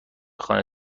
خانه